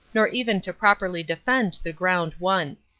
nor even to properly defend the ground won.